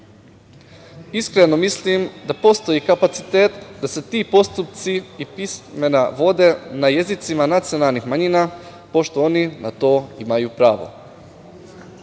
Iskreno mislim da postoji kapacitet da se ti postupci i pisma vode na jezicima nacionalnih manjina pošto oni na to imaju pravo. Što